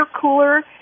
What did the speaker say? cooler